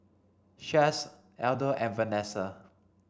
Chace Elda and Venessa